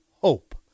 hope